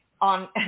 on